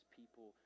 people